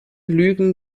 lügen